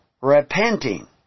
repenting